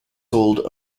sold